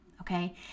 Okay